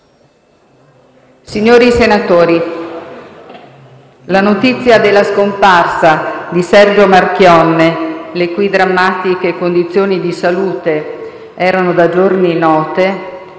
Signori senatori, la notizia della scomparsa di Sergio Marchionne, le cui drammatiche condizioni di salute erano da giorni note,